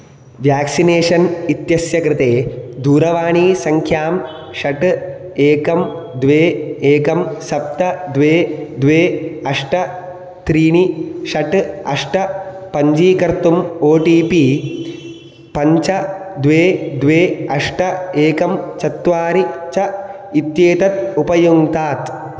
vaccination इत्यस्य कृते दूरवाणी सङ्ख्यां षट् एकं द्वे एकं सप्त द्वे द्वे अष्ट त्रीणि षट् अष्ट पञ्जीकर्तुम् ओटीपि पञ्च द्वे द्वे अष्ट एकं चत्वारी च इत्येतत् उपयुङ्तात्